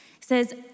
says